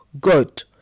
good